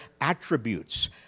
attributes